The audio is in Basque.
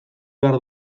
behar